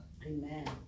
Amen